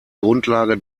grundlage